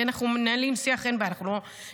כי אנחנו מנהלים שיח, אין בעיה, אנחנו לא מתלהמים.